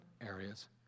areas